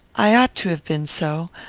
i ought to have been so.